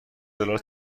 دلار